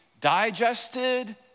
digested